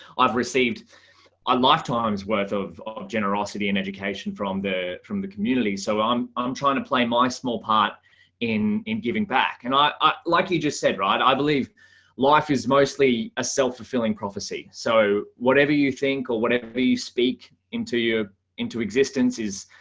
i've received a lifetime's worth of generosity and education from the from the community. so i'm i'm trying to play my small part in in giving back and i i like you just said, right i believe life is mostly a self fulfilling prophecy. so whatever you think, or whatever you speak into your into existence is,